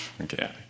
Okay